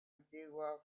antigua